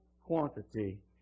Quantity